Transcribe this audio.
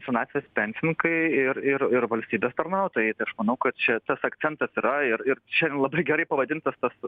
senatvės pensininkai ir ir ir valstybės tarnautojai tai aš manau kad čia tas akcentas yra ir ir čia labai gerai pavadintas tas